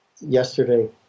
yesterday